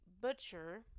Butcher